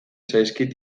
zaizkit